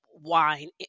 wine